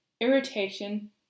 irritation